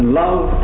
love